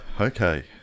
Okay